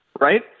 right